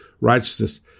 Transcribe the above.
righteousness